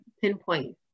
pinpoint